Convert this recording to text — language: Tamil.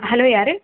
ஹலோ யார்